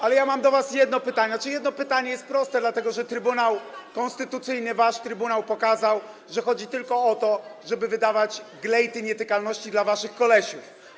Ale ja mam do was jedno pytanie, tzn. jedno pytanie jest proste, dlatego że Trybunał Konstytucyjny, wasz trybunał pokazał, że chodzi tylko o to, żeby wydawać glejty nietykalności dla waszych kolesiów.